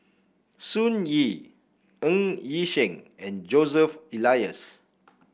Sun Yee Ng Yi Sheng and Joseph Elias